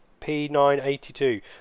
p982